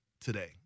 today